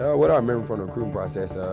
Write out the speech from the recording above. ah what i remember from the recruiting process huh,